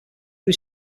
was